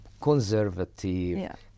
conservative